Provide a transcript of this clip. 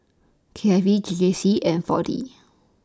K I V J J C and four D